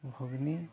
ᱜᱷᱩᱜᱽᱱᱤ